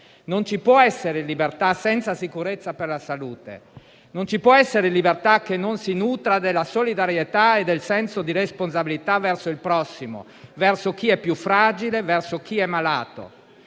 Non ci può essere libertà senza sicurezza per la salute; non ci può essere libertà che non si nutra della solidarietà e del senso di responsabilità verso il prossimo, verso chi è più fragile, verso chi è malato.